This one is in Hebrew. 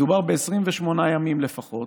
מדובר ב-28 ימים לפחות,